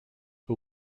who